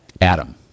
Adam